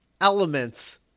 elements